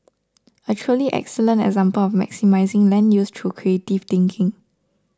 a truly excellent example of maximising land use through creative thinking